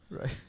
right